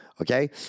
Okay